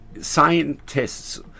scientists